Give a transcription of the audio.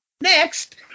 Next